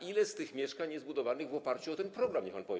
Ile z tych mieszkań jest budowanych w oparciu o ten program, niech pan powie.